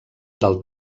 del